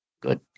good